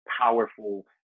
powerful